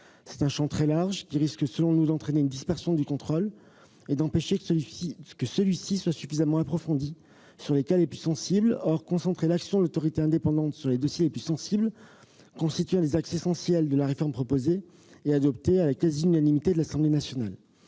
Ce champ trop large risque, selon nous, d'entraîner une dispersion du contrôle et d'empêcher que celui-ci soit suffisamment approfondi pour ce qui concerne les cas les plus sensibles. Or concentrer l'action de l'autorité indépendante sur les dossiers les plus sensibles constitue l'un des axes essentiels de la réforme proposée et adoptée à la quasi-unanimité par l'Assemblée nationale.